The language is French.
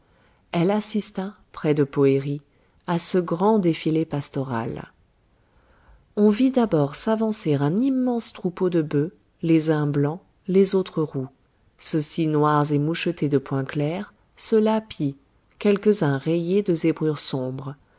elle assista près de poëri à ce grand défilé pastoral on vit d'abord s'avancer un immense troupeau de bœufs les uns blancs les autres roux ceux-ci noirs et mouchetés de points clairs ceux-là pie quelques-uns rayés de zébrures sombres